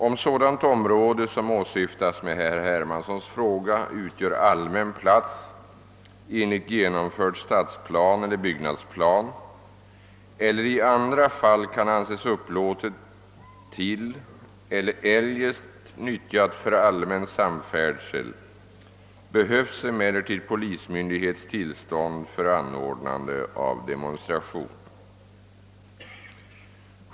Om sådant område som åsyftas med herr Hermanssons fråga utgör allmän plats enligt genomförd stadsplan eller byggnadsplan eller i andra fall kan anses upplåtet till eller eljest nyttjat för allmän samfärdsel, behövs emellertid polismyndighets tillstånd för anordnande av demonstration.